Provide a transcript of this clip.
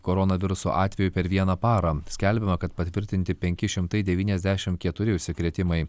koronaviruso atvejų per vieną parą skelbiama kad patvirtinti penki šimtai devyniasdešim keturi užsikrėtimai